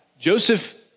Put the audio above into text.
Joseph